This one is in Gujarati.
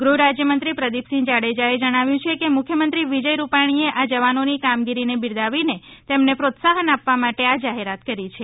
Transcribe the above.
ગૃહ રાજ્ય મંત્રી પ્રદીપસિંહ જાડેજાએ જણાવ્યું છે કે મુખ્ય મંત્રી વિજય રૂપાણીએ આ જવાનોની કામગીરીને બિરદાવીને તેમને પ્રોત્સાહન આપવા માટે આ જાહેરાત કરી છે